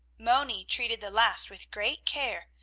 moni treated the last with great care,